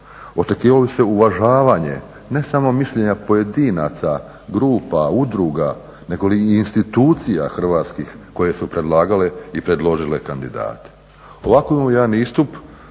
očekivalo bi se uvažavanje ne samo mišljenja pojedinaca, grupa, udruga, negoli institucija hrvatskih koje su predlagale i predložile kandidate. Ovako imamo jedan javni